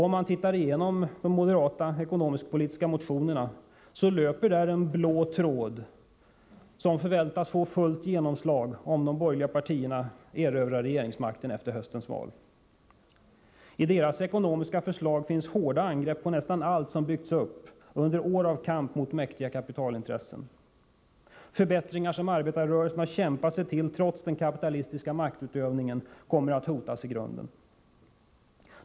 Om man tittar igenom de moderata ekonomisk-politiska motionerna finner man att där löper en blå tråd som förväntas få fullt genomslag om de borgerliga partierna erövrar regeringsmakten efter höstens val. I deras ekonomiska förslag finns hårda angrepp på nästan allt som byggts upp under år av kamp mot mäktiga kapitalintressen. Förbättringar som arbetarrörelsen kämpat sig till trots den kapitalistiska maktutövningen kommer att hotas i grunden.